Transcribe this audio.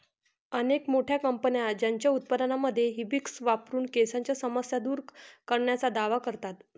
अनेक मोठ्या कंपन्या त्यांच्या उत्पादनांमध्ये हिबिस्कस वापरून केसांच्या समस्या दूर करण्याचा दावा करतात